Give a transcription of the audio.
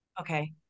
Okay